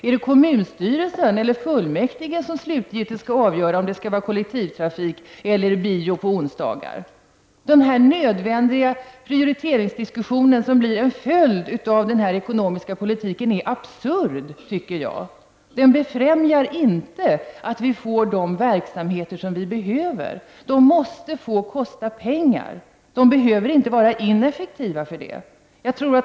Är det kommunstyrelsen eller fullmäktige som slutgiltigt skall avgöra om det skall vara kollektivtrafik eller bio på onsdagar? Denna nödvändiga prioriteringsdiskussion som blir en följd av den ekonomiska politiken är absurd. Den befrämjar inte att vi får de verksamheter som vi behöver. De måste få kosta pengar. De behöver inte vara ineffektiva för det.